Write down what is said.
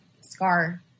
Scar